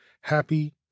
happy